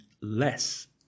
less